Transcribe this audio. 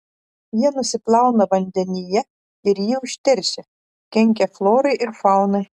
jie nusiplauna vandenyje ir jį užteršia kenkia florai ir faunai